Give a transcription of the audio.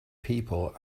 people